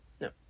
No